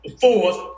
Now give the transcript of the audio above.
force